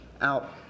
out